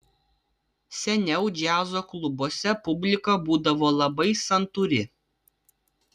seniau džiazo klubuose publika būdavo labai santūri